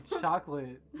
chocolate